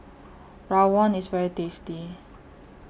Rawon IS very tasty